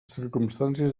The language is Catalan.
circumstàncies